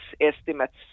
estimates